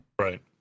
Right